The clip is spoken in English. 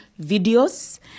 videos